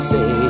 Say